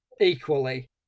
Equally